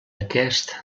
aquest